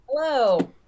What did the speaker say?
Hello